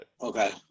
Okay